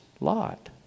Lot